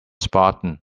spartan